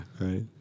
right